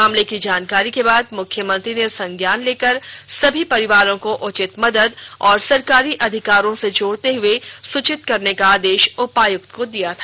मामले की जानकारी के बाद मुख्यमंत्री ने संज्ञान लेकर सभी परिवारों को उचित मदद एवं सरकारी अधिकारों से जोड़ते हुए सूचित करने का आदेश उपायुक्त को दिया था